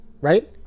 Right